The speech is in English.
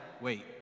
wait